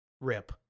Rip